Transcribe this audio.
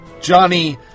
Johnny